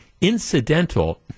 incidental